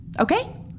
Okay